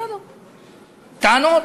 בסדר, טענות.